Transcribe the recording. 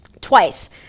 twice